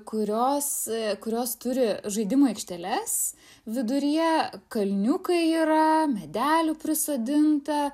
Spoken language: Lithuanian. kurios kurios turi žaidimų aikšteles viduryje kalniukai yra medelių prisodinta